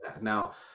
Now